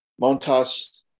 Montas